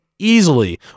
Easily